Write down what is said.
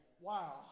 wow